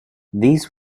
these